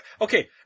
Okay